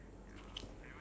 ya